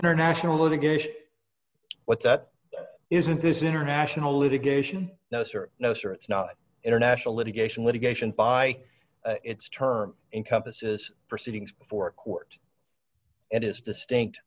international litigation what that isn't is international litigation no sir no sir it's not international litigation litigation by its terms encompasses proceedings before a court and is distinct